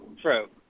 true